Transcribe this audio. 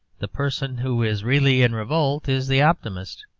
the person who is really in revolt is the optimist,